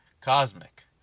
Cosmic